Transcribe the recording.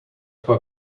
were